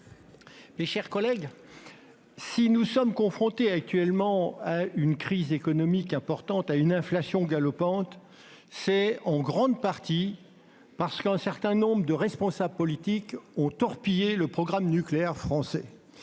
Mes chers collègues, si nous sommes actuellement confrontés à une crise économique importante et à une inflation galopante, c'est en grande partie parce qu'un certain nombre de responsables politiques ont torpillé le programme nucléaire français.